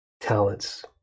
talents